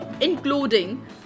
including